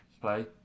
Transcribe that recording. play